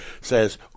says